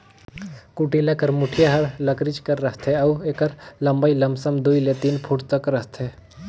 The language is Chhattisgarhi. कुटेला कर मुठिया हर लकरिच कर रहथे अउ एकर लम्मई लमसम दुई ले तीन फुट तक रहथे